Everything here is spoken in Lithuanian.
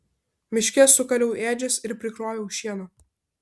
miške sukaliau ėdžias ir prikroviau šieno